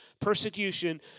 Persecution